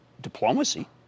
diplomacy